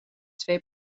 twee